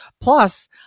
Plus